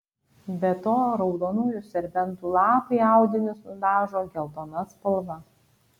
be to raudonųjų serbentų lapai audinius nudažo geltona spalva